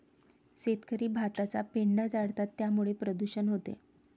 शेतकरी भाताचा पेंढा जाळतात त्यामुळे प्रदूषण होते